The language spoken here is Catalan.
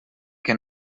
que